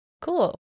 cool